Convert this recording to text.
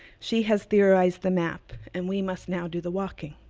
she has theorized the map, and we must now do the walking.